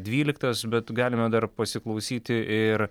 dvyliktas bet galime dar pasiklausyti ir